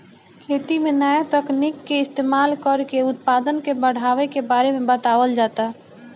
खेती में नया तकनीक के इस्तमाल कर के उत्पदान के बढ़ावे के बारे में बतावल जाता